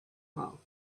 mouth